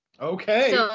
Okay